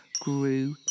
grew